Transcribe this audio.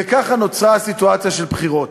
וככה נוצרה הסיטואציה של בחירות.